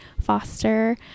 foster